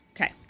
Okay